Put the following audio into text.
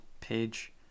page